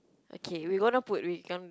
okay we gonna put we